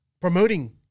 promoting